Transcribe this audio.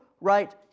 right